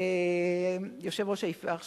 ער